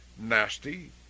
nasty